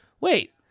Wait